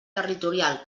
territorial